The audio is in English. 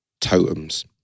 totems